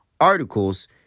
articles